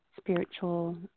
spiritual